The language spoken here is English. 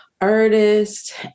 artist